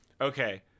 Okay